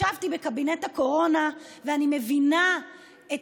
ישבתי בקבינט הקורונה ואני מבינה את